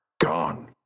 gone